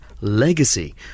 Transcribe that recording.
Legacy